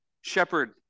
shepherd